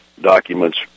documents